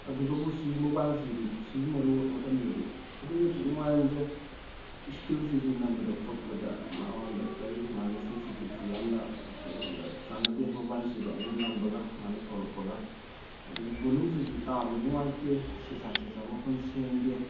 ꯑꯗꯨꯒꯕꯨ ꯁꯤ ꯃꯣꯕꯥꯏꯜꯁꯤꯗꯤ ꯁꯤꯖꯤꯟꯅꯔꯨꯕ ꯃꯇꯝꯗꯗꯤ ꯑꯗꯨꯛꯀꯤ ꯃꯇꯤꯛ ꯅꯨꯡꯉꯥꯏꯔꯝꯗ꯭ꯔꯦ ꯏꯁꯀꯤꯟꯁꯤꯁꯨ ꯅꯝꯕꯗ ꯈꯣꯠꯄꯗ ꯃꯉꯣꯟꯗ ꯀꯔꯤ ꯃꯥꯒꯤ ꯁꯦꯟꯁꯤꯇꯤꯞꯁꯤ ꯌꯥꯝꯅ ꯑꯩꯉꯣꯟꯗ ꯆꯥꯟꯅꯗꯦ ꯃꯣꯕꯥꯏꯜꯁꯤꯒ ꯑꯩꯅ ꯅꯝꯕꯒ ꯃꯥꯅ ꯊꯣꯛꯂꯛꯄꯒ ꯑꯗꯒꯤ ꯕꯣꯂꯨꯝꯁꯤꯁꯨ ꯇꯥꯕꯗ ꯅꯨꯡꯉꯥꯏꯇꯦ ꯁꯦꯁꯥ ꯁꯦꯁꯥ ꯃꯈꯣꯟ ꯁꯦꯡꯗꯦ